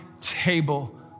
table